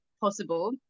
possible